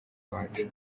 iwacu